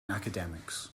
academics